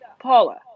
Paula